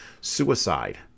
suicide